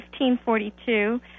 1542